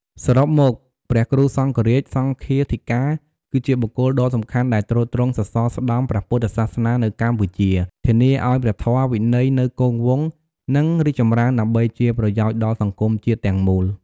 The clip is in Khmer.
សរុបមក ព្រះគ្រូសង្ឃរាជ/សង្ឃាធិការ គឺជាបុគ្គលដ៏សំខាន់ដែលទ្រទ្រង់សសរស្តម្ភព្រះពុទ្ធសាសនានៅកម្ពុជា ធានាឱ្យព្រះធម៌វិន័យនៅគង់វង្ស និងរីកចម្រើនដើម្បីជាប្រយោជន៍ដល់សង្គមជាតិទាំងមូល។